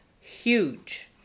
huge